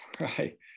Right